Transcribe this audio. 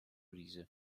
rise